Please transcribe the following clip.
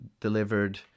delivered